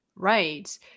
Right